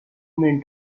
main